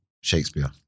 Shakespeare